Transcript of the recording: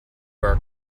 our